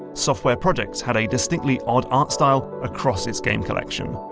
software projects had a distinctly odd art style across its game collection.